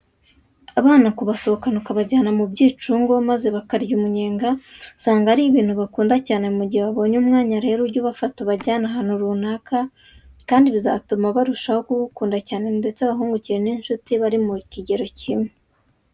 Abana kubasohokana ukabajyana mu byicungo maze bakarya umunyega, usanga ari ibintu bakunda cyane. Mu gihe wabonye umwanya rero ujye ubafata ubajyane ahantu runaka, kandi bizatuma barushaho kugukunda cyane ndetse bahungukire n'inshuti bari mu kigero kimwe.